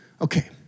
Okay